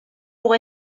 pour